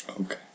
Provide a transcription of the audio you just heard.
Okay